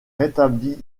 rétabli